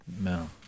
No